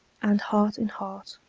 and heart in heart,